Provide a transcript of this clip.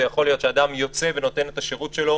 זה יכול להיות כשאדם יוצא ונותן את השירות שלו,